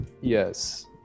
Yes